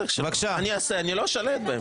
אני לא שולט בהם.